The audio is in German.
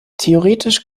theoretisch